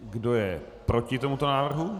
Kdo je proti tomuto návrhu?